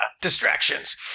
Distractions